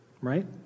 Right